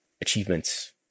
achievements